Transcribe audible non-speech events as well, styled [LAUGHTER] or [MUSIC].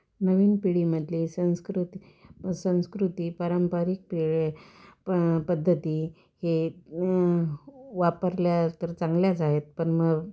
नवीन पिढीमधली संस्कृती संस्कृती पारंपरिक [UNINTELLIGIBLE] प पद्धती हे न वापरल्या तर चांगल्याच आहेत पण म